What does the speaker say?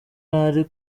ntari